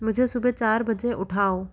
मुझे सुबह चार बजे उठाओ